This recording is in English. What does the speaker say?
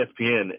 ESPN